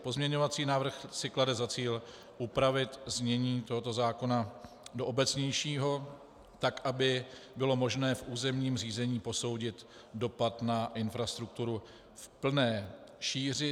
Pozměňovací návrh si klade za cíl upravit znění tohoto zákona do obecnějšího tak, aby bylo možné v územním řízení posoudit dopad na infrastrukturu v plné šíři.